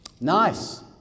nice